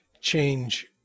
change